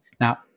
Now